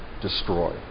destroy